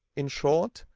in short,